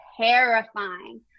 terrifying